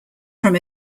from